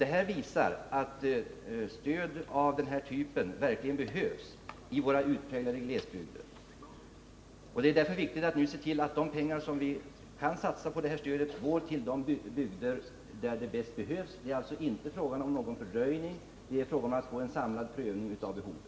Det visar att stöd av den här typen verkligen behövs i våra utpräglade glesbygder, och det är därför viktigt att nu se till att de pengar som vi kan satsa på sådant stöd går till de bygder där de bäst behövs. Det är alltså inte fråga om någon fördröjning, utan det är fråga om att få en samlad prövning av behovet.